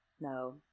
no